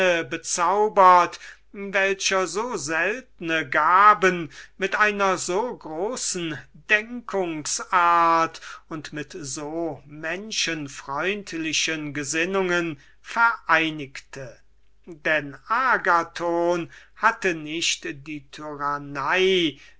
bezaubert welcher so seltne gaben mit einer so großen denkungs-art und mit so menschenfreundlichen gesinnungen vereinigte denn agathon hatte nicht die